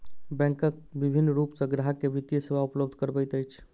bank विभिन्न रूप सॅ ग्राहक के वित्तीय सेवा उपलब्ध करबैत अछि